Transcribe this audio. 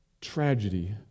tragedy